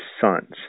sons